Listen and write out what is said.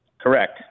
Correct